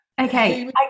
okay